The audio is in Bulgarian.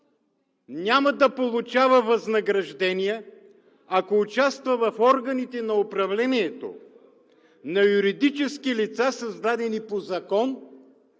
няма да получава възнаграждение, ако участва в органите на управлението на юридически лица, създадени по закон,